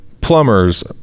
plumbers